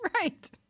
right